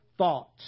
thoughts